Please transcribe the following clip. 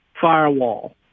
firewall